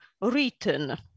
written